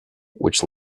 which